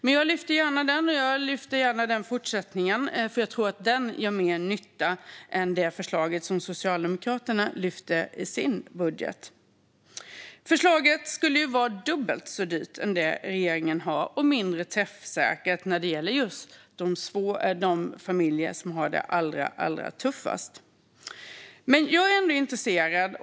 Men jag lyfter gärna fram frågan även i fortsättningen, för jag tror att den gör mer nytta än det förslag som Socialdemokraterna kommer med i sin budget. Socialdemokraternas förslag skulle bli dubbelt så dyrt som regeringens - och mindre träffsäkert - när det gäller de familjer som har det allra tuffast. Men jag är ändå intresserad.